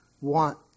want